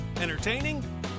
entertaining